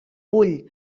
vull